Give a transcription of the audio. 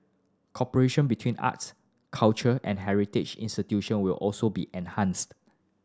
cooperation between arts culture and heritage institution will also be enhanced